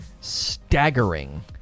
staggering